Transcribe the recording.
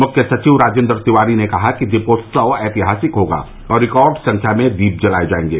मुख्य सचिव राजेन्द्र तिवारी ने कहा कि दीपोत्सव ऐतिहासिक होगा और रिकार्ड सख्या में दीप जलाये जायेंगे